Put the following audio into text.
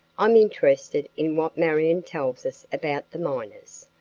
i'm interested in what marion tells us about the miners.